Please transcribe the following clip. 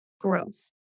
growth